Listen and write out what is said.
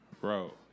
Bro